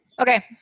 Okay